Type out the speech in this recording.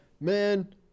man